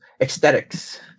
aesthetics